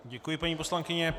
Děkuji, paní poslankyně.